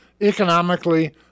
economically